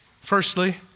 Firstly